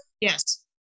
Yes